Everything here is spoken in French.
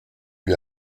lui